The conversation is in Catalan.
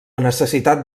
necessitat